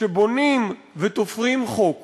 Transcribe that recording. שבונים ותופרים חוק